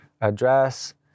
address